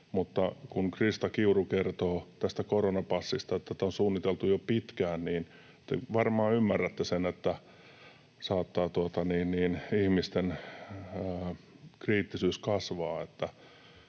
kun Krista Kiuru kertoo tästä koronapassista, että tätä on suunniteltu jo pitkään, niin te varmaan ymmärrätte sen, että ihmisten kriittisyys saattaa kasvaa.